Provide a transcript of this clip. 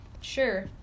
Sure